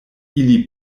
ili